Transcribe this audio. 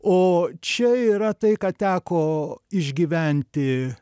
o čia yra tai ką teko išgyventi